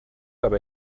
aber